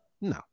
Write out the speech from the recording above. No